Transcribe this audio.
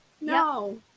no